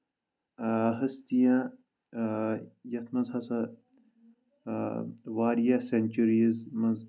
إں ہستیاں یَتھ منٛز ہسا واریاہ سینچریٖز منٛز